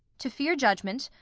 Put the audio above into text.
to fear judgment,